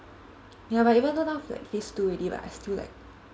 ya but even though now like phase two already but I still like